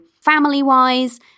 family-wise